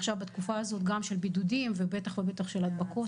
עכשיו בתקופה הזאת גם של בידודים ובטח ובטח של הדבקות,